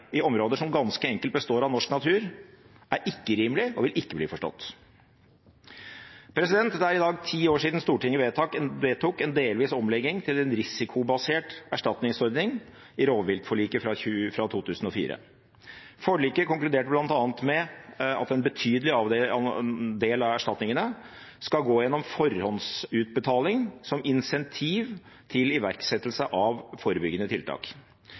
i områder som ganske enkelt består av norsk natur, er ikke rimelig og vil ikke bli forstått. Det er i dag ti år siden Stortinget vedtok en delvis omlegging til en risikobasert erstatningsordning i rovviltforliket fra 2004. Forliket konkluderte bl.a. med at en betydelig del av erstatningene skal gå gjennom forhåndsutbetaling som incentiv til iverksettelse av forebyggende tiltak.